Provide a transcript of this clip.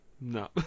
No